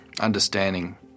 understanding